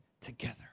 together